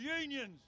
unions